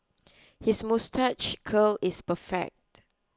his moustache curl is perfect